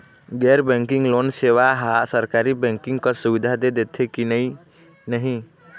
गैर banking loan सेवा हा सरकारी बैंकिंग कस सुविधा दे देथे कि नई नहीं?